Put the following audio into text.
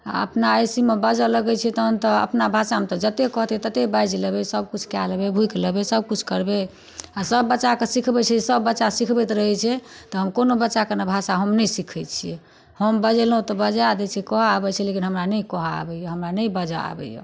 आोर अपना ऐसीमे बाजऽ लगै छियै तहन तऽ अपना भाषामे जतेक कहतै तते बाजि लेबै सब किछु कए लेबै भुकि लेबै सब किछु करबै आओर सब बच्चाके सिखबै छी सब बच्चा सिखबति रहै छै तऽ हम कोनो बच्चाके नहि भाषा हम नहि सिखै छियै हम बजलहुँ तऽ बजै दै छै कहऽ आबैय छै लेकिन हमरा नहि कहऽ आबै यऽ हमरा नहि बाजऽ आबै यऽ